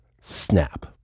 snap